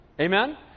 Amen